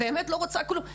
אני באמת לא רוצה כלום.